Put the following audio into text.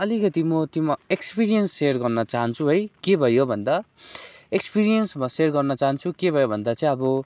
अलिकति म त्योमा एक्सपिरियन्स सेयर गर्न चाहन्छु है के भयो भन्दा एक्सपिरियन्स म सेयर गर्न चाहन्छु के भयो भन्दा चाहिँ अब